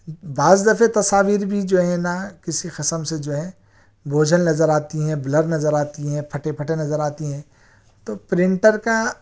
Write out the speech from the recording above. بعض دفعہ تصاویر بھی جو ہیں نہ کسی قسم سے جو ہیں بوجھل نظر آتی ہیں بلر نظر آتی ہیں پھٹے پٹھے نظر آتی ہیں تو پرنٹر کا